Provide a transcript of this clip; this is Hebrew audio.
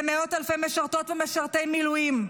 למאות אלפי משרתות ומשרתי מילואים.